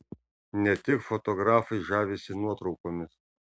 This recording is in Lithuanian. ne tik fotografai žavisi nuotraukomis